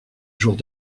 jours